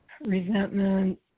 resentment